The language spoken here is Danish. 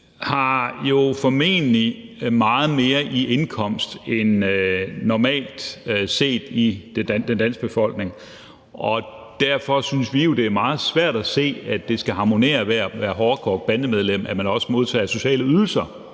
har jo formentlig meget mere i indkomst end normalt set i den danske befolkning. Derfor synes vi jo, det er meget svært at se, at det skal harmonere med at være hårdkogt bandemedlem, at man også modtager sociale ydelser